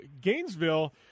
Gainesville